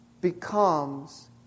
becomes